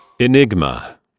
Enigma